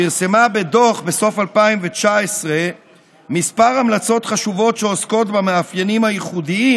פרסמה בדוח בסוף 2019 כמה המלצות חשובות שעוסקות במאפיינים הייחודיים